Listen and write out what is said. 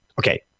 Okay